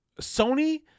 Sony